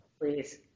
Please